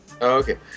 okay